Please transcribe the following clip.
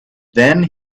then